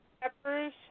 peppers